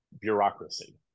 bureaucracy